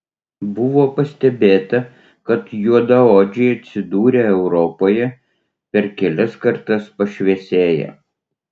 buvo pastebėta kad juodaodžiai atsidūrę europoje per kelias kartas pašviesėja